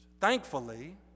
Thankfully